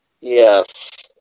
Yes